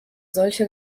solche